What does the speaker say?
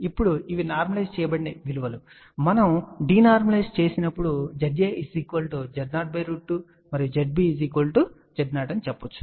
ఇప్పుడు ఇవి నార్మలైజ్ చేయబడిన విలువలు మనం డీనార్మలైజ్ చేసినప్పుడు Za Z02 మరియు ZbZ0 అని చెప్పవచ్చు